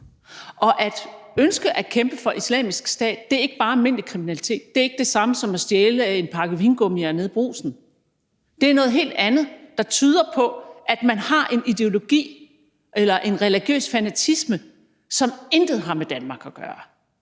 At ønske at kæmpe for Islamisk Stat er ikke bare almindelig kriminalitet. Det er ikke det samme som at stjæle en pakke vingummier nede i Brugsen. Det er noget helt andet, som tyder på, at man har en ideologi eller en religiøs fanatisme, som intet har med Danmark at gøre.